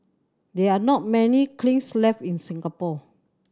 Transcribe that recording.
there are not many kilns left in Singapore